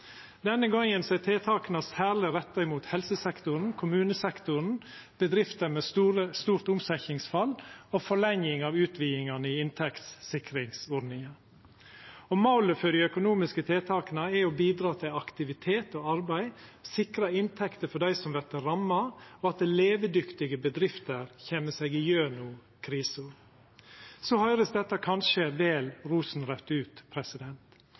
Denne gongen er tiltaka særleg retta mot helsesektoren, kommunesektoren, bedrifter med stort omsetningsfall og forlenging av utvidingane i inntektssikringsordninga. Målet for dei økonomiske tiltaka er å bidra til aktivitet og arbeid, sikra inntekter for dei som vert ramma, og at levedyktige bedrifter kjem seg gjennom krisa. Så høyrest dette kanskje vel rosenraudt ut,